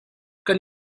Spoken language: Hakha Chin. kan